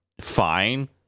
fine